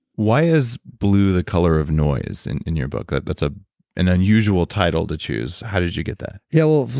why is blue the color of noise in in your book? that's ah an an unusual title to choose how did you get that? yeah, well,